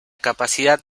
capacidad